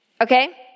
Okay